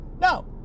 No